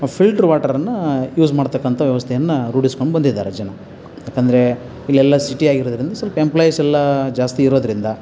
ಆ ಫಿಲ್ಟ್ರು ವಾಟರನ್ನು ಯೂಸ್ ಮಾಡತಕ್ಕಂಥ ವ್ಯವಸ್ಥೆಯನ್ನು ರೂಢಿಸ್ಕೊಂಡು ಬಂದಿದ್ದಾರೆ ಜನ ಏಕಂದ್ರೆ ಇಲ್ಲೆಲ್ಲ ಸಿಟಿಯಾಗಿರೋದ್ರಿಂದ ಸ್ವಲ್ಪ ಎಂಪ್ಲಾಯೀಸೆಲ್ಲ ಜಾಸ್ತಿ ಇರೋದರಿಂದ